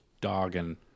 dogging